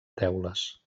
teules